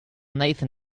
nathan